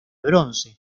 bronce